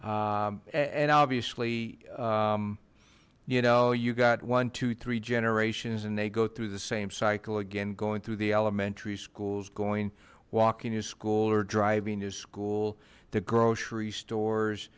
out and obviously you know you got one two three generations and they go through the same cycle again going through the elementary schools going walking to school or driving to school the grocery stores